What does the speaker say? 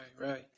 right